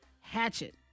Hatchet